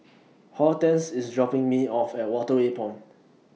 Hortense IS dropping Me off At Waterway Point